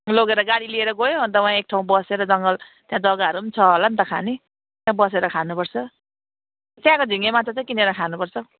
लोगेर गाडी लिएर गयो अन्त वहाँ एक ठाउँ बसेर जङ्गल त्यहाँ जग्गाहरू पनि छ होला नि त खाने त्यहाँ बसेर खानुपर्छ त्यहाँको झिङ्गे माछा चाहिँ किनेर खानुपर्छ